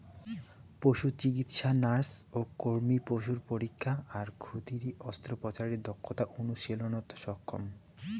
পশুচিকিৎসা nurse ও কর্মী পশুর পরীক্ষা আর ক্ষুদিরী অস্ত্রোপচারের দক্ষতা অনুশীলনত সক্ষম